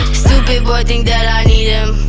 stupid boy think that i need him